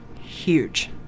huge